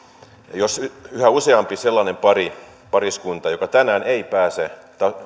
jos yhä useampi sellainen pariskunta joka tänään ei pääse